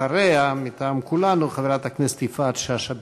אחריה, מטעם כולנו, חברת הכנסת יפעת שאשא ביטון.